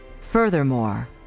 Furthermore